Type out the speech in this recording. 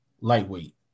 lightweight